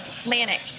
Atlantic